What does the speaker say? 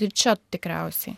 čia tikriausiai